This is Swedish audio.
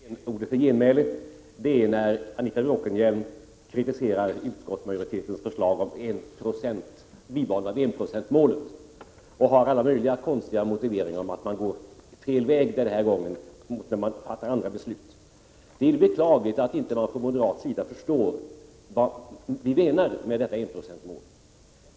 Herr talman! Den främsta anledningen till att jag har begärt replik är Anita Bråkenhielms kritik av utskottsmajoritetens förslag om ett bibehållande av enprocentsmålet. Hon har alla möjliga konstiga motiveringar för denna kritik, bl.a. att man går fel väg denna gång mot när man fattar andra beslut. Det är beklagligt att man från moderat sida inte förstår vad vi menar med detta enprocentsmål.